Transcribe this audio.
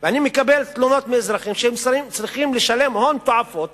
ואני מקבל תלונות מאזרחים שצריכים לשלם הון תועפות